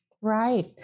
Right